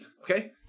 Okay